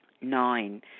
Nine